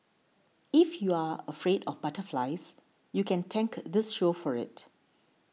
if you're afraid of butterflies you can thank this show for it